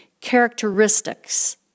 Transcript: characteristics